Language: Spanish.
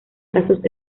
casos